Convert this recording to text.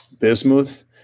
bismuth